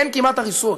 אין כמעט הריסות.